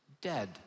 dead